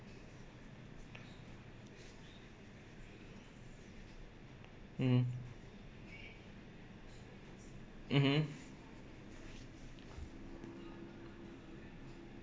mm mmhmm